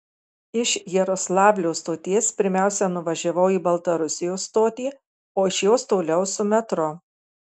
iš jaroslavlio stoties pirmiausia nuvažiavau į baltarusijos stotį o iš jos toliau su metro